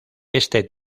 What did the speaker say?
este